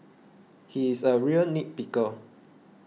he is a real nit picker